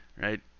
Right